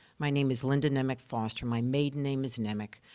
my name is linda nemec foster my maiden name is nemec.